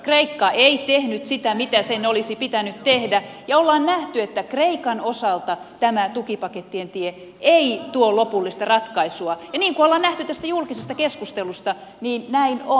kreikka ei tehnyt sitä mitä sen olisi pitänyt tehdä ja on nähty että kreikan osalta tämä tukipakettien tie ei tuo lopullista ratkaisua ja niin kuin on nähty tästä julkisesta keskustelusta näin on